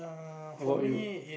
how about you